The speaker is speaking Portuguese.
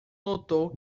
notou